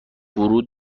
ورود